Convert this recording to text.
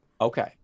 Okay